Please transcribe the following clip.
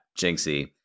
Jinxie